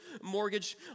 mortgage